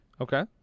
Okay